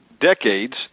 decades